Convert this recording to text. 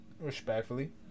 Respectfully